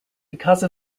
because